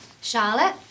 Charlotte